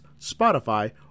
Spotify